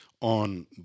on